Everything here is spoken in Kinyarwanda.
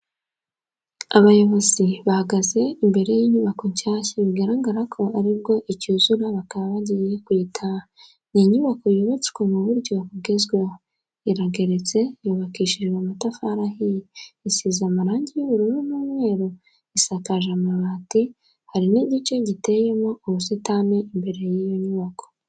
Abayobozi bahagaze imbere y'inyubako nshyashya bigaragara ko ari bwo icyuzura bakaba bagiye kuyitaha. Ni inyubako yubatswe mu buryo bugezweho, irageretse, yubakishije amatafari ahiye, isize amarangi y'ubururu n'umweru, isakaje amabati, hari n'igice giteyemo ubusitani imbere y'iyo nyubako.